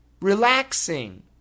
relaxing